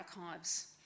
archives